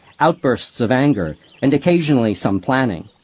outbursts of anger, and occasionally some planning.